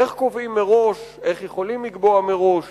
איך קובעים מראש, איך יכולים לקבוע מראש